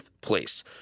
place